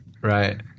Right